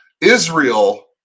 Israel